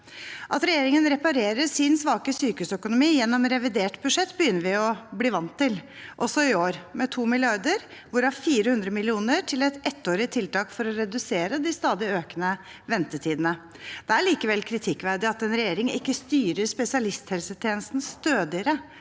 At regjeringen reparerer sin svake sykehusøkonomi gjennom revidert budsjett, begynner vi å bli vant til – også i år, med 2 mrd. kr, hvorav 400 mill. kr til et ettårig tiltak for å redusere de stadig økende ventetidene. Det er likevel kritikkverdig at en regjering ikke styrer spesialisthelsetjenesten stødigere